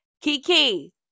kiki